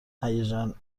هیجان